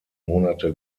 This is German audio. monate